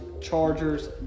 Chargers